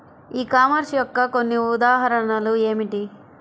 ఈ కామర్స్ యొక్క కొన్ని ఉదాహరణలు ఏమిటి?